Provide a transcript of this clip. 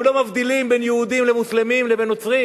הם לא מבדילים בין יהודים למוסלמים לבין נוצרים.